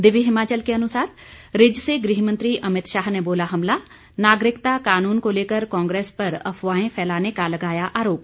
दिव्य हिमाचल के अनुसार रिज से गृहमंत्री अमित शाह ने बोला हमला नागरिकता कानून को लेकर कांग्रेस पर अफवाहें फैलाने का लगाया आरोप